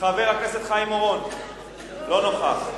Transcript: חבר הכנסת חיים אורון, לא נוכח.